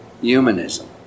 humanism